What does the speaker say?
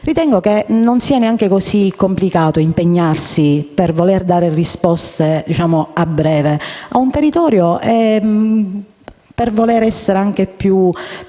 Ritengo che non sia neanche così complicato impegnarsi per dare delle risposte a breve a un territorio e, per voler essere anche più